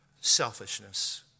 Selfishness